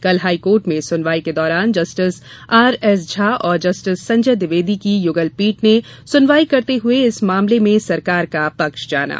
कल हाईकोर्ट में सुनवाई के दौरान जस्टिस आर एस झा और जस्टिस संजय द्विवेदी की युगलपीठ ने सुनवाई करते हुए इस मामले में सरकार का पक्ष जाना